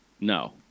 No